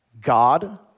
God